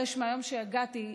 יש מהיום שהגעתי,